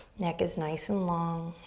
neck is nice and long.